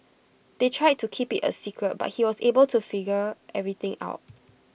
they tried to keep IT A secret but he was able to figure everything out